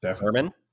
Herman